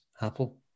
Apple